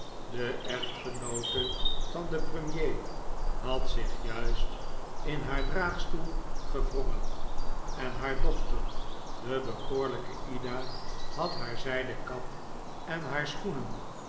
de echtgenoote van den premier had zich juist in haar draagstoel gewrongen en haar dochter de bekoorlijke ida had haar zijden kap en haar schoenen